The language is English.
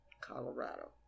Colorado